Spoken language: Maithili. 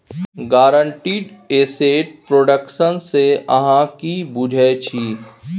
गारंटीड एसेट प्रोडक्शन सँ अहाँ कि बुझै छी